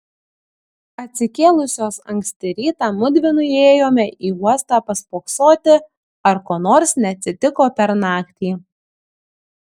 atsikėlusios anksti rytą mudvi nuėjome į uostą paspoksoti ar ko nors neatsitiko per naktį